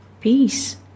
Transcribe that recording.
peace